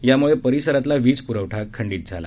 यामुळे परिसरातला वीजपूरवठा खंडित झाला